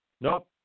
nope